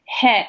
hit